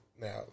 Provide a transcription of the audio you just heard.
now